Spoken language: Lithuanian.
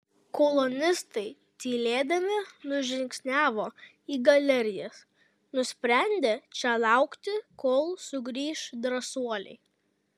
kolonistai tylėdami nužingsniavo į galerijas nusprendę čia laukti kol sugrįš drąsuoliai